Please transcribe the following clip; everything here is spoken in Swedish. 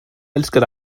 älskar